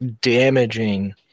damaging